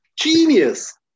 genius